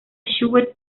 chubut